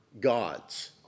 gods